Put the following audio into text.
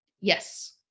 Yes